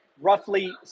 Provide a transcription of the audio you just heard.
roughly